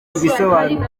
igisobanuro